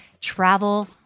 travel